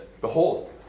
Behold